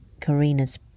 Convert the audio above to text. Karina's